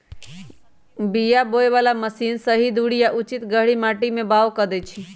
बीया बोय बला मशीन सही दूरी आ उचित गहीर माटी में बाओ कऽ देए छै